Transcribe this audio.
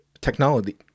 technology